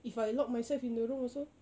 if I lock myself in the room also